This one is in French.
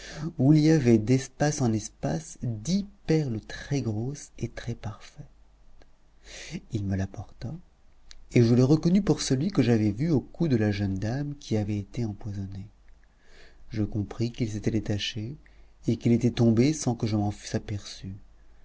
où il y avait d'espace en espace dix perles très grosses et trèsparfaites il me l'apporta et je le reconnus pour celui que j'avais vu au cou de la jeune dame qui avait été empoisonnée je compris qu'il s'était détaché et qu'il était tombé sans que